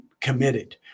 committed